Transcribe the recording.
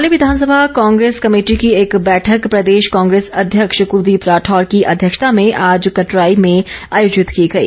राठौर मनाली विघानसभा Congress committee की एक बैठक प्रदेश कांग्रेस अध्यक्ष कुलदीप राठौर की अध्यक्षता में आज कटराई में आयोजित की गई